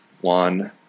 one